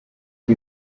who